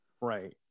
right